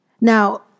Now